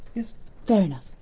is there? no,